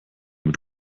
mit